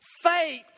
Faith